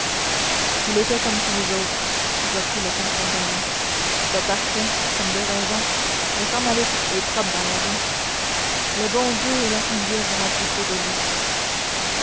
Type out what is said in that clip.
il était comme tous les autres reprit le père chapdelaine pas parfait comme de raison mais sans malice et propre dans sa vie le bon dieu et la sainte vierge auront pitié de lui